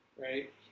right